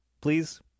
please